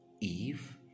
Eve